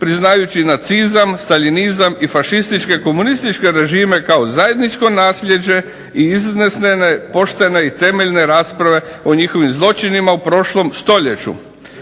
priznavajući nacizam, staljinizam i fašističke i komunističke režime kao zajedničko naslijeđe i iznesene poštene i temeljne rasprave o njihovim zločinima u prošlom stoljeću,